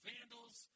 Vandals